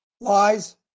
Lies